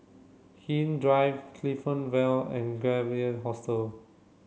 Hindhede Drive Clifton Vale and Gap Year Hostel